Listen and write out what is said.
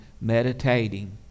meditating